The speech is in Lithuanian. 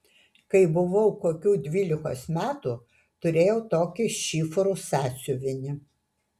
kai buvau kokių dvylikos metų turėjau tokį šifrų sąsiuvinį